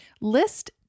list